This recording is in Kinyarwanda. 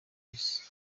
isi